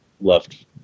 left